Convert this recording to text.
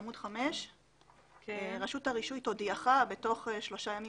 בעמוד 5. "רשות הרישוי תודיעך בתוך שלושה ימים